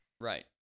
Right